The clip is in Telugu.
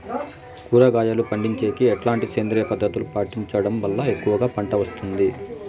కూరగాయలు పండించేకి ఎట్లాంటి సేంద్రియ పద్ధతులు పాటించడం వల్ల ఎక్కువగా పంట వస్తుంది?